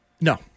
No